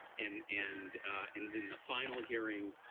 and and and then the final hearing,